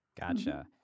gotcha